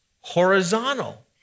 horizontal